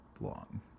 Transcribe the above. long